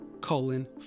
colon